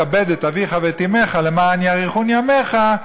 כבד את אביך ואת אמך למען יאריכון ימיך,